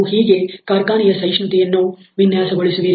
ಈ ರೀತಿಯಾಗಿ ನೀವು ಕಾರ್ಖಾನೆಯ ಸಹಿಷ್ಣುತೆಯನ್ನು ವಿನ್ಯಾಸಗೊಳಿಸುವಿರಿ